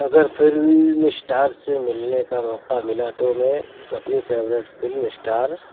اگر film star سے ملنے کا موقع ملا تو میں اپنے فیورٹ فلم اسٹار